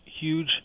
huge